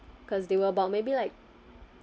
because they were about maybe like